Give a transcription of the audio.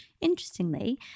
Interestingly